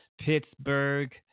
Pittsburgh